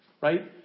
right